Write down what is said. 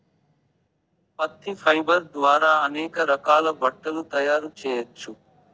పత్తి ఫైబర్ ద్వారా అనేక రకాల బట్టలు తయారు చేయచ్చు